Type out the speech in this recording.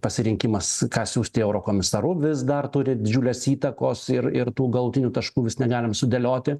pasirinkimas ką siųsti eurokomisaru vis dar turi didžiulės įtakos ir ir tų galutinių taškų vis negalim sudėlioti